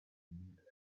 meet